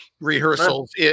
rehearsals